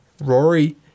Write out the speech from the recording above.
Rory